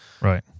Right